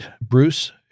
Bruce